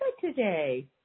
today